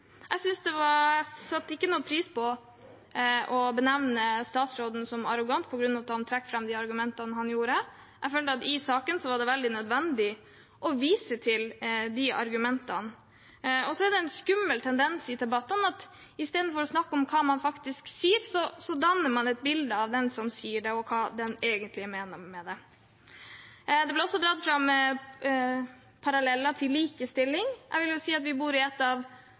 pris på at man benevnte statsråden som arrogant fordi han trakk fram de argumentene han gjorde. Jeg følte at i saken var det veldig nødvendig å vise til de argumentene. Så er det en skummel tendens i debattene at man i stedet for å snakke om hva noen faktisk sier, danner et bilde av den som sier det, og av hva de egentlig mener med det. Det ble også dratt fram paralleller til likestilling. Jeg vil si at vi bor i et